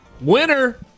Winner